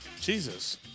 Jesus